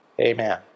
Amen